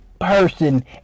person